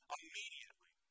immediately